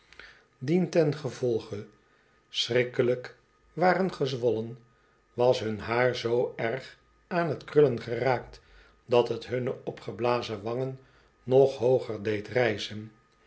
tengevolge schrikkelijk waren gezwollen was hun haar zoo erg aan t krullen geraakt dat t hunne opgeblazen wangen nog hooger deed rijzen